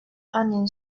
onion